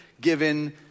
given